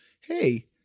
hey